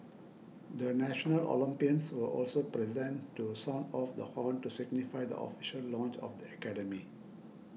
the national Olympians were also present to sound off the horn to signify the official launch of the academy